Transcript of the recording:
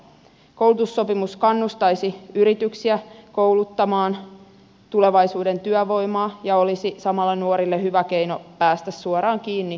koulutussopimus kannustaisi yrityksiä kouluttamaan tulevaisuuden työvoimaa ja olisi samalla nuorille hyvä keino päästä suoraan kiinni työelämään